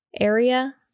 area